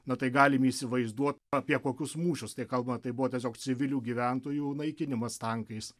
na tai galim įsivaizduot apie kokius mūšius tai kalbama tai buvo tiesiog civilių gyventojų naikinimas tankais